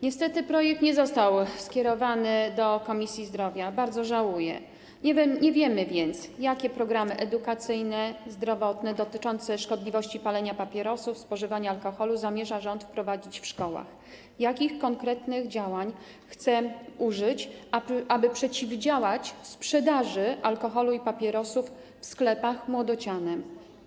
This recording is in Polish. Niestety projekt nie został skierowany do Komisji Zdrowia - bardzo żałuję - nie wiemy więc, jakie programy edukacyjne, zdrowotne, dotyczące szkodliwości palenia papierosów, spożywania alkoholu zamierza rząd wprowadzić w szkołach, jakich konkretnych działań chce użyć, aby przeciwdziałać sprzedaży alkoholu i papierosów w sklepach młodocianym.